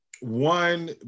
one